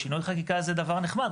שינוי חקיקה זה דבר נחמד,